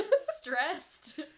Stressed